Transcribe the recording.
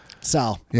Sal